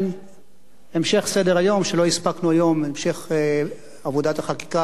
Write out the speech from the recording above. המשך סדר-היום שלא הספקנו היום, המשך עבודת החקיקה